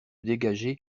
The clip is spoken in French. dégager